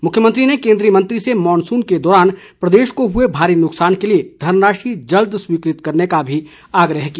मुख्यमंत्री ने केंद्रीय मंत्री से मॉनसून के दौरान प्रदेश को हुए भारी नुकसान के लिए धनराशि जल्द स्वीकृत करने का भी आग्रह किया